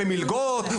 במלגות,